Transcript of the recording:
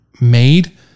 made